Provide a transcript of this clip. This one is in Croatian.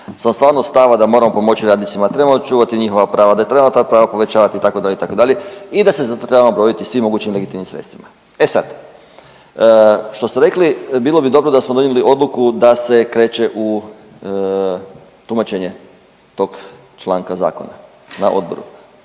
sam stvarno stava da moramo pomoći radnicima. Trebamo čuvati njihova prava, da trebamo ta prava povećavati itd. itd. i da se za to trebamo boriti svim mogućim legitimnim sredstvima. E sad, što ste rekli bilo bi dobro da smo donijeli odluku da se kreće u tumačenje tog članka zakona na odboru.